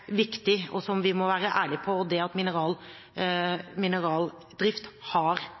viktig, og som vi må være ærlige på, og det er at mineraldrift har